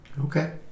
Okay